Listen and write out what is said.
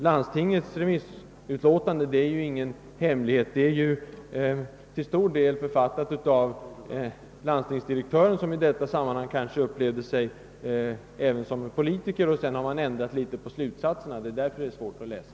Landstingets remissutlåtande har — det är ju ingen hemlighet — till stor del författats av landstingsdirektören, som i detta sammanhang kanske upplevde sig själv även som politiker, och sedan har man ändrat på slutsatserna. Det är därför utlåtandet är svårt att läsa.